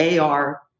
AR